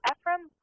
Ephraim